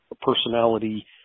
personality